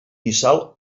missal